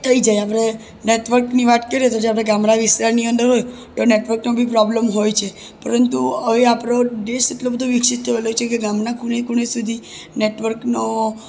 થઈ જાય આપણે નેટવર્કની વાત કરીએ તો આપણે ગામડા વિસ્તારની અંદર હોય તો નેટવર્કનો બી પ્રોબ્લમ હોય છે પરંતુ હવે આપણો દેશ એટલો બધો વિકસિત થયેલો છે કે ગામના ખૂણે ખૂણે સુધી નેટવર્કનો